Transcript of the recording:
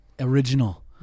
Original